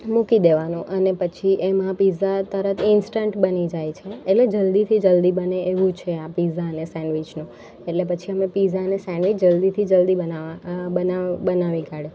મૂકી દેવાનું અને પછી એમાં પીઝા તરત ઇન્સ્ટન્ટ બની જાય છે એટલે જલ્દીથી જલ્દી બને એવું છે આ પીઝા અને સેન્ડવીચનું એટલે પછી એમાં પીઝા અને સેન્ડવીચ જલ્દીથી જલ્દી બનાવવા અ બનાવ બનાવી કાઢે